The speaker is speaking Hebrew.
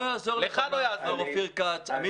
לא יעזור לך, מר אופיר כץ.